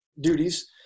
duties